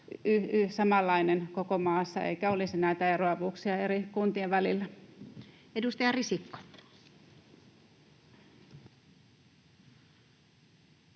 samanlainen koko maassa eikä olisi näitä eroavuuksia eri kuntien välillä? [Speech 102]